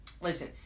listen